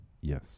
Yes